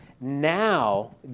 Now